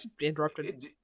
interrupted